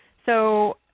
so